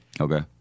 Okay